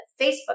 Facebook